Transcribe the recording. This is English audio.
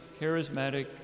charismatic